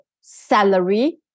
salary